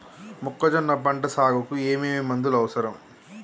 మొక్కజొన్న పంట సాగుకు ఏమేమి మందులు అవసరం?